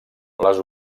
les